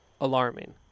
alarming